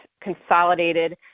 consolidated